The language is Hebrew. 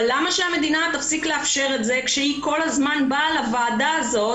אבל למה שהמדינה תפסיק לאפשר את זה כשהיא כל הזמן באה לוועדה הזאת